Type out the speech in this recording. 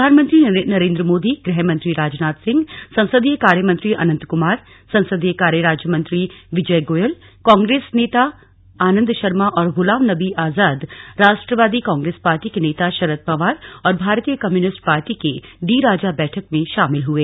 प्रधानमंत्री नरेन्द्र मोदी गृहमंत्री राजनाथ सिंह संसदीय कार्यमंत्री अनंत कुमार संसदीय कार्य राज्य मंत्री विजय गोयल कांग्रेस नेता आनंद शर्मा और गुलाम नबी आजाद राष्ट्रवादी कांग्रेस पार्टी के नेता शरद पवार और भारतीय कम्युनिस्ट पार्टी के डी राजा बैठक में शामिल हुए